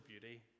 beauty